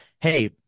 hey